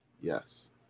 Yes